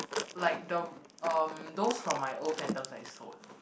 like the um those from my old fandoms I sold